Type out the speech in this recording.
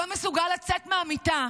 לא מסוגל לצאת מהמיטה,